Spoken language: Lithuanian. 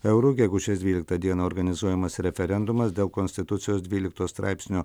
eurų gegužės dvyliktą dieną organizuojamas referendumas dėl konstitucijos dvyliktojo straipsnio